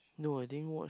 no I didn't watch